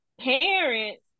parents